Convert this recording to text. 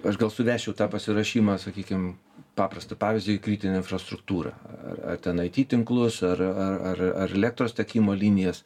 aš gal suvesčiau tą pasiruošimą sakykim paprastą pavyzdį į kritinę infrastruktūrą ar ar ten ai ty tinklus ar ar ar elektros tiekimo linijas